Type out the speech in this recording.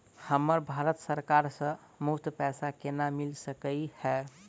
हमरा भारत सरकार सँ मुफ्त पैसा केना मिल सकै है?